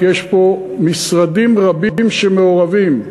כי יש פה משרדים רבים שמעורבים.